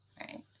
right